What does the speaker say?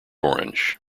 orange